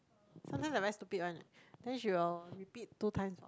sometimes I very stupid one leh then she will repeat two times for